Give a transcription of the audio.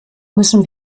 müssen